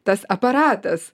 tas aparatas